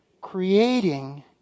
Creating